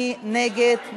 מי נגד?